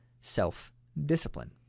self-discipline